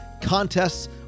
contests